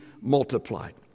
multiplied